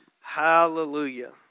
Hallelujah